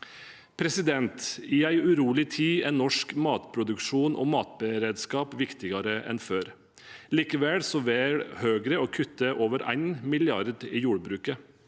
oppdrag. I en urolig tid er norsk matproduksjon og matberedskap viktigere enn før. Likevel velger Høyre å kutte over 1 mrd. kr i jordbruket.